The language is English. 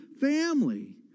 family